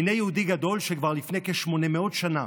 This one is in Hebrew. הינה יהודי גדול שכבר לפני כ-800 שנה